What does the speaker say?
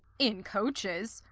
in coaches.